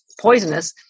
poisonous